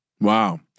Wow